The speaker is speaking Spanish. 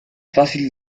fácil